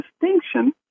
distinction